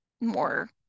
more